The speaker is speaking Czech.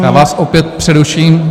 Já vás opět přeruším.